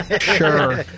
Sure